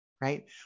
right